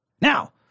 Now